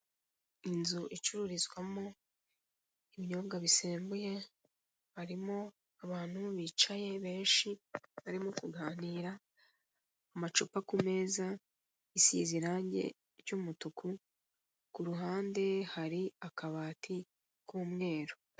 Inzu icururizwamo ibinyobwa bisembuye, harimo abantu bicaye, benshi, barimo kuganira, amacupa ku meza, isize irange ry'umutuku, ku ruhande hari akabati k'umweru.